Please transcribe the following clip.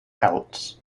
celts